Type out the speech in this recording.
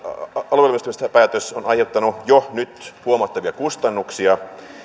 alueellistamispäätös on aiheuttanut jo nyt huomattavia kustannuksia